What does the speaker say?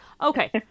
Okay